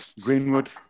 Greenwood